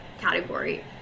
category